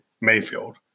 Mayfield